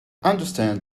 understand